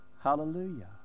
Hallelujah